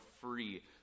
free